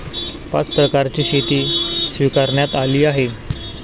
पाच प्रकारची शेती स्वीकारण्यात आली आहे